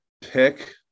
pick